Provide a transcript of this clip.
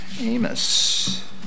Amos